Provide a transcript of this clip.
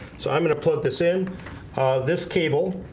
so i'm gonna plug this in this cable